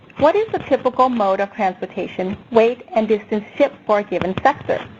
what is the typical mode of transportation, weight and distance shipped for a given sector?